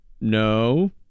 No